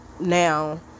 now